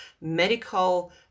medical